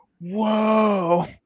whoa